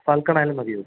ഫാൽക്കണായാലും മതിയൊ